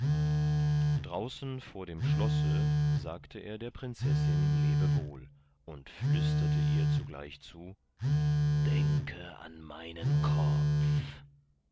draußen vor dem schlosse sagte er der prinzessin lebewohl und flüsterte ihr zugleich zu denke an meinen kopf